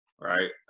right